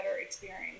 experience